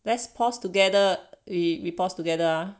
let's pause together we pause together ah